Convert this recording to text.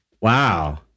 wow